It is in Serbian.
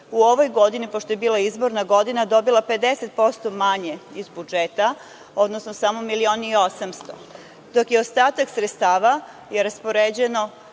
u ovoj godini, pošto je bila izborna godina, dobila je 50% manje iz budžeta, odnosno samo 1.800.000, dok je ostatak sredstava raspoređen,